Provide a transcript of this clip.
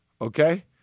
Okay